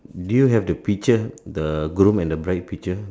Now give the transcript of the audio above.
do you have the picture the groom and the bride picture